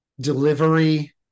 delivery